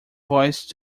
voice